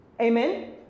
Amen